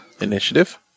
Initiative